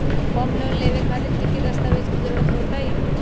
Home loan लेबे खातिर की की दस्तावेज के जरूरत होतई?